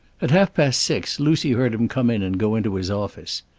at half past six lucy heard him come in and go into his office.